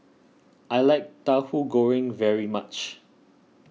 I like Tahu Goreng very much